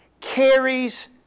carries